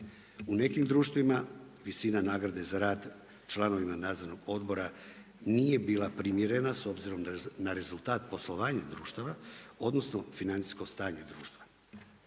U nekim društvima visina nagrade za rad članovima nadzornog odbora nije bila primjerena s obzirom na rezultat poslovanja društava odnosno financijsko stanje društva.